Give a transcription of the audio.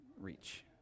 reach